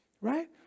right